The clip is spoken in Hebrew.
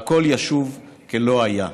והכול ישוב כלא היה".